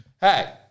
hey